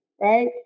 right